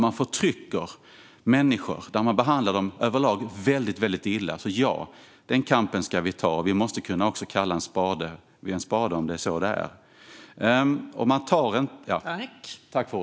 Man förtrycker människor och behandlar dem överlag väldigt illa. Så ja, den kampen ska vi ta. Vi måste också kunna kalla en spade för spade om det är vad det är.